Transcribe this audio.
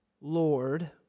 Lord